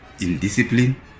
indiscipline